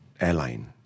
airline